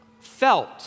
felt